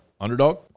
Underdog